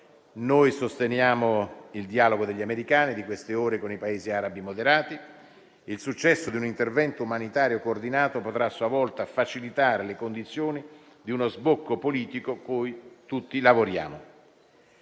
Noi sosteniamo il dialogo degli americani di queste ore con i Paesi arabi moderati. Il successo di un intervento umanitario coordinato potrà a sua volta facilitare le condizioni di uno sbocco politico cui tutti lavoriamo.